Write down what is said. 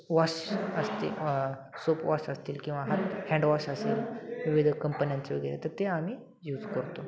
wash असतील soap wash असतील किंवा हात हँडवॉश असतील विविध कंपन्यांचे वगैरे तर ते आम्ही यूज करतो